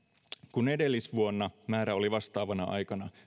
kun edellisvuonna määrä oli vastaavana aikana